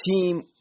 team –